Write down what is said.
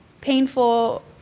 painful